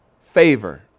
favor